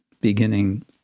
beginning